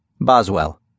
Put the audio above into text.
Boswell